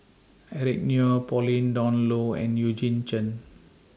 Eric Neo Pauline Dawn Loh and Eugene Chen